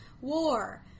war